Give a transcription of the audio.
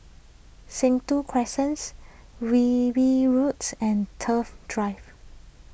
Sentul Crescents Wilby Roads and Thrift Drive